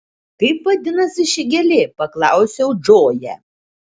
kaip vadinasi ši gėlė paklausiau džoją